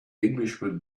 englishman